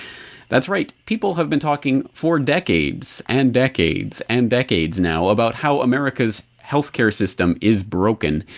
that's right, people have been talking for decades, and decades, and decades now about how america's healthcare system is broken,